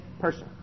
person